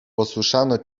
posłyszano